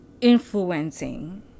influencing